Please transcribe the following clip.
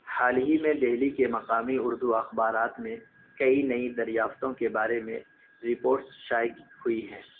حال ہی میں دلی کے مقامی اردو اخبارات میں کئی نئی دریافتوں کے بارے میں رپورٹس شائع ہوئی ہیں